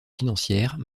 financières